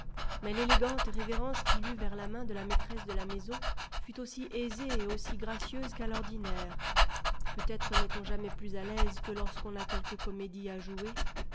mais l'élégante révérence qu'il eut vers la main de la maîtresse de la maison fut aussi aisée et aussi gracieuse qu'à l'ordinaire peut-être n'est-on jamais plus à l'aise que lorsqu'on a quelque comédie à jouer